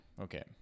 okay